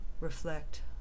reflect